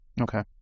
okay